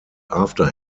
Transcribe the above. after